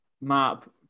map